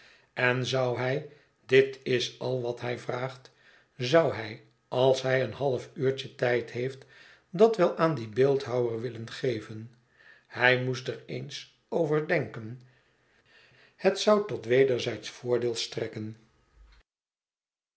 en zou hij dit is al wat hij vraagt zou hij als hij een half uurtje tijd heeft dat wel aan dien beeldhouwer willen geven hij moest er ééns over denken het zou tot wederzijdsch voordeel strekken